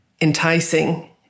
enticing